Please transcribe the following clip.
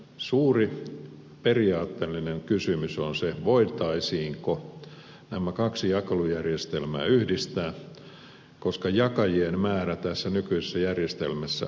suuri periaatteellinen kysymys on se voitaisiinko nämä kaksi jakelujärjestelmää yhdistää koska jakajien määrä tässä nykyisessä järjestelmässä on niin suuri